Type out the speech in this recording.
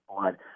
blood